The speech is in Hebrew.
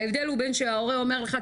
ההבדל הוא בין שההורה אומר לך,